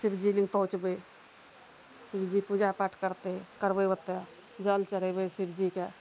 शिवजी नहि पहुँचबय शिवजी पूजा पाठ करतइ करबइ ओतऽ जल चढ़ेबइ शिव जीके